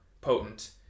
potent